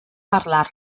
parlar